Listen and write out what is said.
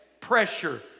pressure